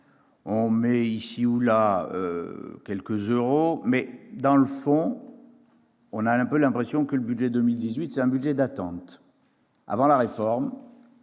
On ajoute ici ou là quelques euros, mais, dans le fond, on a l'impression que le budget pour 2018 est un budget d'attente : avant la réforme